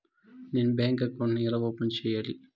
నేను bank account ను ఎలా ఓపెన్ సేయాలి?